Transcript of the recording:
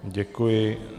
Děkuji.